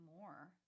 more